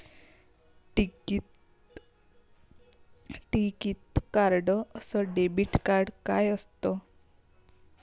टिकीत कार्ड अस debit card काय असत?